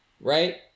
right